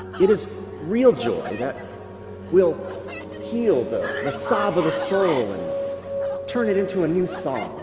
it is real joy that will heal the sobbing soul and turn it into a new psalm.